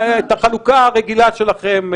את החלוקה הרגילה שלכם,